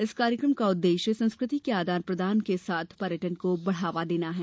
इस कार्यक्रम का उद्देश्य संस्कृति के आदान प्रादान के साथ पर्यटन को बढ़ावा देना है